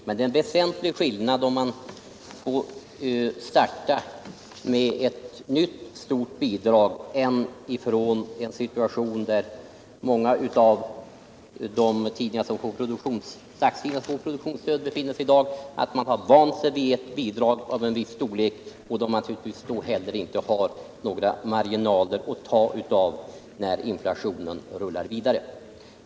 Men det är en väsentlig skillnad mellan att få starta med ett nytt stort bidrag och att utgå ifrån en situation där många av de dagstidningar som får produktionsstöd i dag befinner sig — att man har vant sig vid ett bidrag av en viss storlek och naturligtvis då inte har några marginaler att ta av när inflationen rullar vidare.